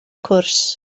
cwrs